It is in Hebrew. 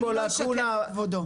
אני לא אשקר, כבודו.